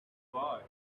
boy